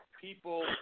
people